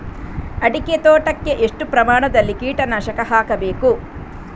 ಅಡಿಕೆ ತೋಟಕ್ಕೆ ಎಷ್ಟು ಪ್ರಮಾಣದಲ್ಲಿ ಕೀಟನಾಶಕ ಹಾಕಬೇಕು?